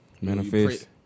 Manifest